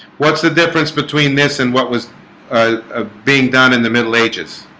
what's the difference between this and what was ah ah being done in the middle ages